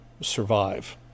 survive